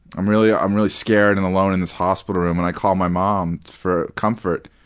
um really um really scared and alone in this hospital room and i call my mom for comfort,